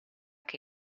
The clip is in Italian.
che